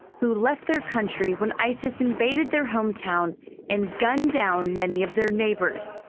who left their country when isis invaded their home town and gunned down many of their neighbors.